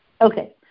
Okay